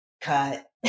cut